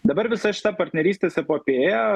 dabar visa šita partnerystės epopėja